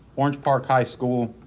orange park high school.